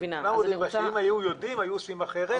שאם היו יודעים היו עושים אחרת,